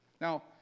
Now